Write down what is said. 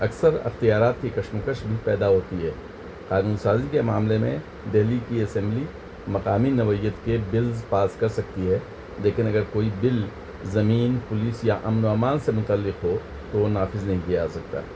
اکثر اختیارات کی کشمکش بھی پیدا ہوتی ہے قانون سازی کے معاملے میں دہلی کی اسمبلی مقامی نوعیت کے بلز پاس کر سکتی ہے لیکن اگر کوئی بل زمین پولیس یا امن و امان سے متعلق ہو تو وہ نافذ نہیں کیا جا سکتا ہے